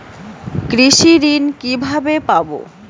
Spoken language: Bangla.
কৃষি ঋন কিভাবে পাব?